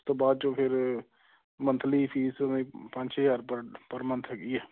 ਉਸ ਤੋਂ ਬਾਅਦ 'ਚ ਫਿਰ ਮੰਥਲੀ ਫੀਸ ਪੰਜ ਛੇ ਹਜ਼ਾਰ ਪਰ ਪਰ ਮੰਨਥ ਹੈਗੀ ਹੈ